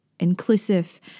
inclusive